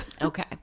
Okay